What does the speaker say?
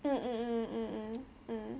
mm mm mm mm mm mm